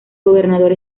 gobernador